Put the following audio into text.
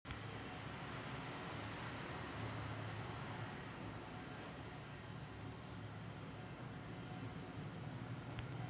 organic पदार्ताथ आनुवान्सिक रुपात संसोधीत जीव जी.एम.ओ नसतात